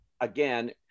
again